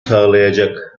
sağlayacak